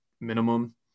minimum